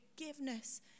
forgiveness